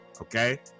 okay